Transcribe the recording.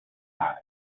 side